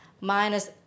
minus